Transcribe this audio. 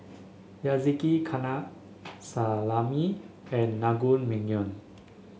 Salami and Naengmyeon